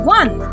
one